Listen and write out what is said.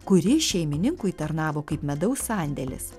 kuri šeimininkui tarnavo kaip medaus sandėlis